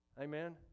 amen